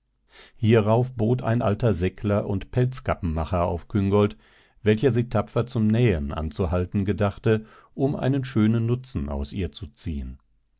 hierauf bot ein alter seckler und pelzkappenmacher auf küngolt welcher sie tapfer zum nähen anzuhalten gedachte um einen schönen nutzen aus ihr zu ziehen